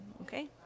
Okay